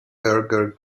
berger